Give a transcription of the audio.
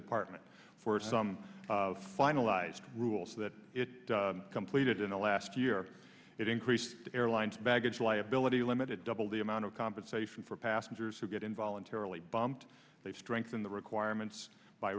department for some finalized rules that it completed in the last year it increased the airline's baggage liability limited double the amount of compensation for passengers who get involuntarily bumped they strengthen the requirements by